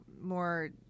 more